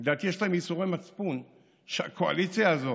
לדעתי, יש להם ייסורי מצפון שהקואליציה הזאת,